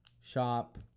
shop